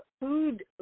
food